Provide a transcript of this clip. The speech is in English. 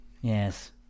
Yes